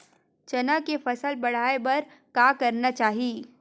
चना के फसल बढ़ाय बर का करना चाही?